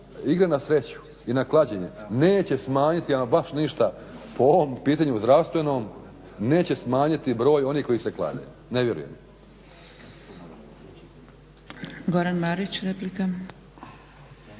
igre na sreću i na klađenje neće smanjiti ama baš ništa po ovom pitanju zdravstvenom neće smanjiti broj onih koji se klade, ne vjerujem. **Zgrebec, Dragica